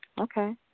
Okay